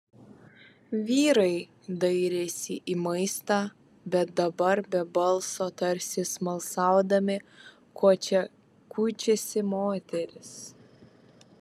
vyrai dairėsi į maistą bet dabar be balso tarsi smalsaudami ko čia kuičiasi moterys